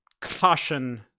caution